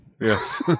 Yes